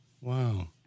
wow